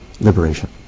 liberation